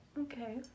Okay